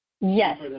yes